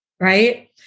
right